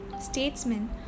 statesman